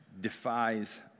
defies